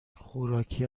خوراکی